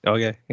Okay